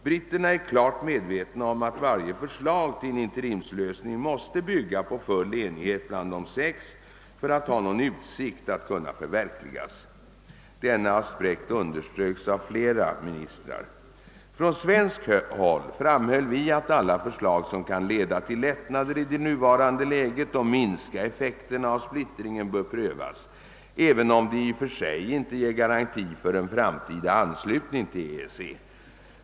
Britterna är klart medvetna om att varje förslag till en interimslösning måste bygga på full enighet bland De sex för att ha någon utsikt att kunna förverkligas. Denna aspekt underströks av flera ministrar. Från svenskt håll framhöll vi att alla förslag som kan leda till lättnader i det nuvarande läget och minska effekterna av splittringen bör prövas, även om de i och för sig inte ger garanti för en framtida anslutning till EEC.